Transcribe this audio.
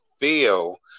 feel